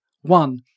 One